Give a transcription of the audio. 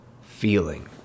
feeling